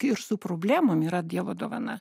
ir su problemom yra dievo dovana